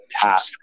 task